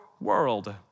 world